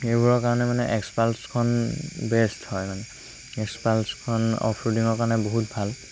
সেইবোৰৰ কাৰণে মানে এক্সপালছখন বেষ্ট হয় মানে এক্সপালছখন অফ ৰ'ডিঙৰ কাৰণে বহুত ভাল